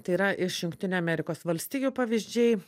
tai yra iš jungtinių amerikos valstijų pavyzdžiai